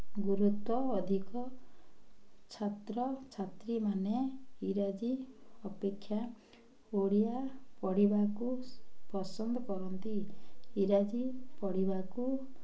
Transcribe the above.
ଗୁରୁତ୍ୱ ଅଧିକ ଛାତ୍ରଛାତ୍ରୀମାନେ ଇଂରାଜୀ ଅପେକ୍ଷା ଓଡ଼ିଆ ପଢ଼ିବାକୁ ପସନ୍ଦ କରନ୍ତି ଇଂରାଜୀ ପଢ଼ିବାକୁ